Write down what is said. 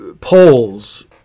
polls